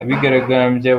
abigaragambya